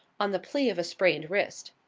on the plea of a sprained wrist.